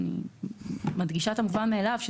אני מדגישה את המובן מאליו,